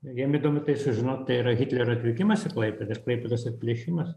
jiem įdomi tai sužinot tai yra hitlerio atvykimas į klaipėdą ir klaipėdos atplėšimas